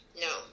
No